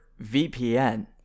VPN